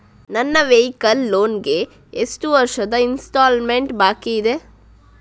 ನನ್ನ vehicle loan ಗೆ ಎಷ್ಟು ವರ್ಷದ ಇನ್ಸ್ಟಾಲ್ಮೆಂಟ್ ಬಾಕಿ ಇದೆ?